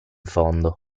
fondo